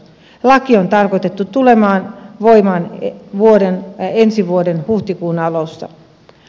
laki on tarkoitettu tulemaan voimaan ensi vuoden huhtikuun alussa